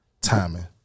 timing